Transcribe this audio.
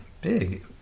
big